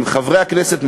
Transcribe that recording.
עם חברי הכנסת,